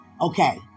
okay